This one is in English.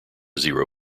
zero